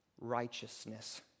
righteousness